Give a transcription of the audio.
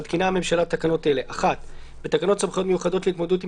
מתקינה הממשלה תקנות אלה: בתקנות סמכויות מיוחדות להתמודדות עם